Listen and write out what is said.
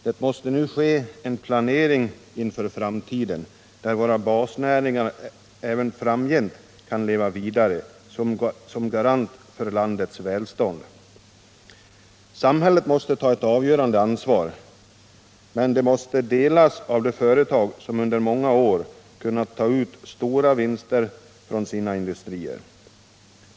Det måste nu ske en planering inför framtiden, så att våra basnäringar även framgent kan leva vidare som garant för landets välstånd. Samhället måste ta ett avgörande ansvar, men detta måste delas av de företag som under så många år kunnat ta ut stora vinster från sina industrier.